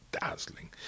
dazzling